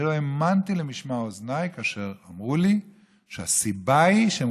אני לא האמנתי למשמע אוזניי כאשר אמרו לי שהסיבה היא שהם